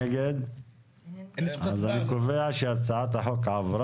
הצבעה בעד, פה אחד הצעת החוק אושרה